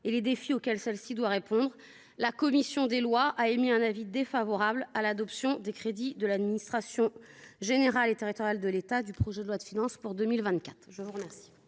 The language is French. et les défis auxquels celle ci doit répondre, la commission des lois a émis un avis défavorable sur l’adoption des crédits de la mission « Administration générale et territoriale de l’État » du projet de loi de finances pour 2024. Mes chers